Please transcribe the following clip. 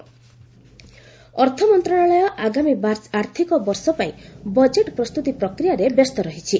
budget promise ଅର୍ଥମନ୍ତ୍ରଣାଳୟ ଆଗାମୀ ଆର୍ଥିକ ବର୍ଷ ପାଇଁ ବଜେଟ୍ ପ୍ରସ୍ତୁତ ପ୍ରକ୍ରିୟାରେ ବ୍ୟସ୍ତ ରହିଛି